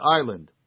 island